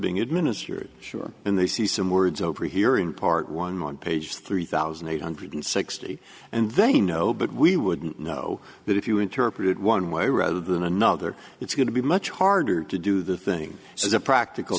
being administered sure and they see some words over here in part one on page three thousand eight hundred sixty and they know but we wouldn't know that if you interpret it one way rather than another it's going to be much harder to do the thing so as a practical